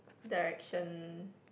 direction